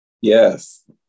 Yes